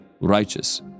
righteous